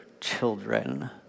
children